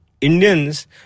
Indians